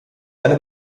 eine